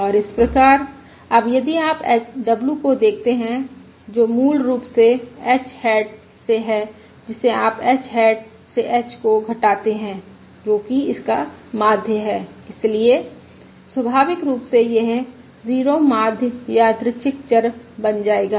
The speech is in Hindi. और इसप्रकार अब यदि आप w को देखते हैं जो मूल रूप से h हैट से है जिसे आप h हैट से h को घटाते हैं जो कि इसका माध्य है इसलिए स्वाभाविक रूप से यह 0 माध्य यादृच्छिक चर बन जाएगा